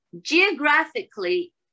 Geographically